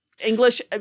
English